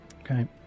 Okay